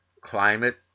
climate